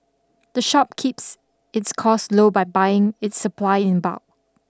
the shop keeps its costs low by buying its supply in bulk